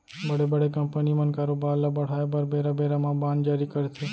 बड़े बड़े कंपनी मन कारोबार ल बढ़ाय बर बेरा बेरा म बांड जारी करथे